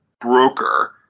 broker